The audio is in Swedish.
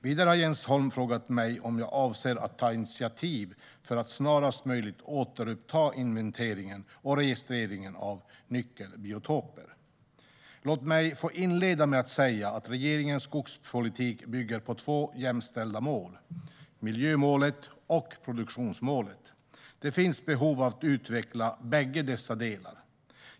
Vidare har Jens Holm frågat mig om jag avser att ta initiativ för att snarast möjligt återuppta inventeringen och registreringen av nyckelbiotoper. Låt mig få inleda med att säga att regeringens skogspolitik bygger på två jämställda mål: miljömålet och produktionsmålet. Det finns behov av att utveckla bägge dessa delar.